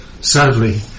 sadly